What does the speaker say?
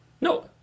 no